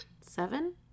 Seven